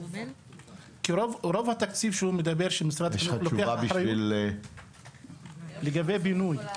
כי רוב התקציב שהוא מדבר שמשרד השיכון לוקח אחריות --- אני אגיד,